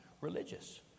religious